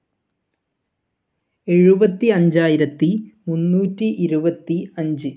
എഴുപത്തി അഞ്ചായിരത്തി മുന്നൂറ്റി ഇരുപത്തി അഞ്ച്